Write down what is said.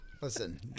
Listen